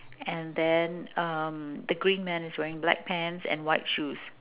and then um the green man is wearing black pants and white shoes